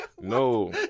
No